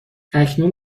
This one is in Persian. اکنون